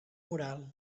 moral